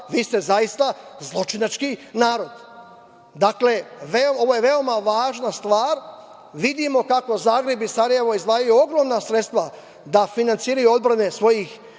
vi ste zaista zločinački narod. Dakle, ovo je veoma važna stvar. Vidimo kako Zagreb i Sarajevo izdvajaju ogromna sredstva da finansiraju odbrane svojih